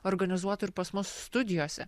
organizuotų ir pas mus studijose